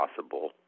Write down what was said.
possible